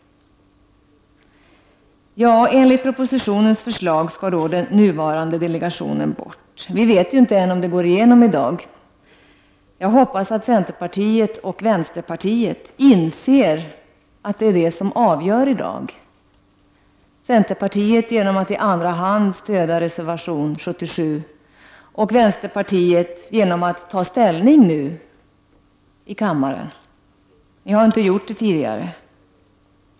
Enligt propositionens förslag skall den nuvarande delegationen bort. Vi vet inte än om detta går igenom i dag. Jag hoppas att centerpartiet och vänsterpartiet inser att det är de som avgör beslutet i dag. Centerpartiet kan i andra hand stödja reservation 77 och vänsterpartiet kan ta ställning nu i kammaren. Det har man inte gjort tidigare.